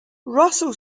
russell